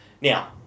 Now